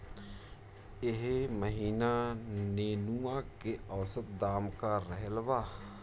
एह महीना नेनुआ के औसत दाम का रहल बा?